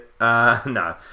no